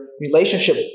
relationship